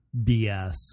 BS